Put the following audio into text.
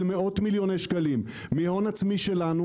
מאות מיליוני שקלים מהון עצמי שלנו,